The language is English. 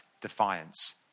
defiance